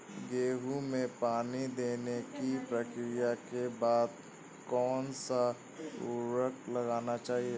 गेहूँ में पानी देने की प्रक्रिया के बाद कौन सा उर्वरक लगाना चाहिए?